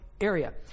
area